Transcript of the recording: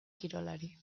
kirolari